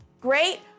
great